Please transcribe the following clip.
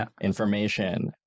information